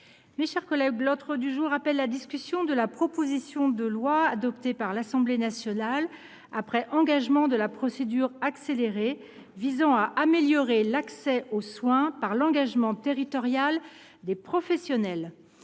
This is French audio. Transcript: les réserves d’usage. L’ordre du jour appelle la discussion de la proposition de loi, adoptée par l’Assemblée nationale après engagement de la procédure accélérée, visant à améliorer l’accès aux soins par l’engagement territorial des professionnels